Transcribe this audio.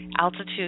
altitude